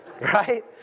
Right